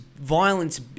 violence